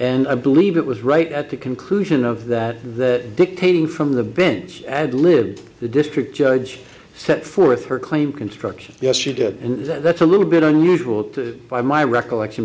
and i believe it was right at the conclusion of that that dictating from the bench ad libbed the district judge set forth her claim construction yes she did and that's a little bit unusual to by my recollection